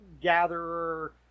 gatherer